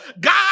god